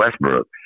Westbrook